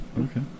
okay